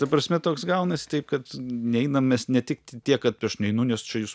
ta prasme toks gaunasi taip kad neinam mes ne tik tiek kad aš neinu nes čia jis